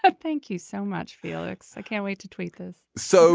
ah thank you so much felix. i can't wait to tweet this. so